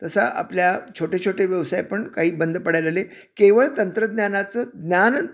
तसं आपल्या छोटे छोटे व्यवसाय पण काही बंद पडायला लागले केवळ तंत्रज्ञानाचं ज्ञान